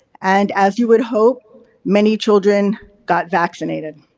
and as you would hope many children got vaccinated.